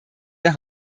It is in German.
der